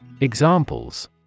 Examples